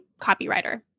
copywriter